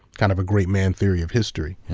kind of a great man theory of history.